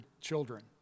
children